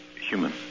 human